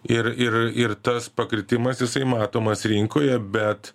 ir ir ir tas pakritimas jisai matomas rinkoje bet